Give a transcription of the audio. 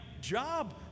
job